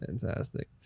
Fantastic